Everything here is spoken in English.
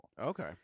okay